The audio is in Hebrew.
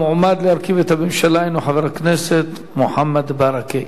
המועמד להרכיב את הממשלה הוא חבר הכנסת מוחמד ברכה.